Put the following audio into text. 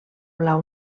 blau